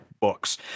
books